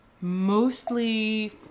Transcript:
mostly